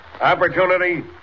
Opportunity